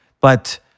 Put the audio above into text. But-